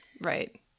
right